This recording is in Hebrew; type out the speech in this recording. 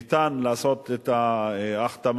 ניתן לעשות את ההחתמה,